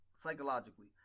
Psychologically